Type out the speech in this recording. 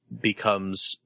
becomes